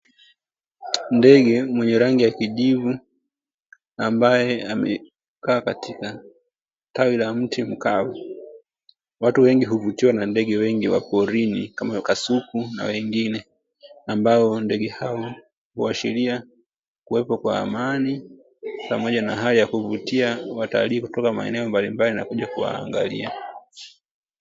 Ndege mwenye rangi ya kijivu ambaye amekaa katika tawi la mti mkavu. Watu wengi huvutiwa na ndege wengi wa porini kama kasuku na wengine ambao ndege huashiria kuwepo kwa amani pamoja na hali ya kuvutia kutoka maeneo mbali mbali na kuja kuwaangalia